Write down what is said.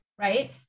Right